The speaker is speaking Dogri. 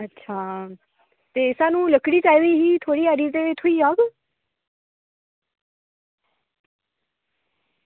अच्छा ते स्हानू लकड़ी चाहिदी ही थोह्ड़ी हारी ते थ्होई जाह्ग